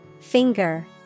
Finger